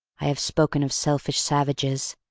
i have spoken of selfish savages.